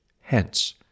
Hence